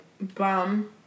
bum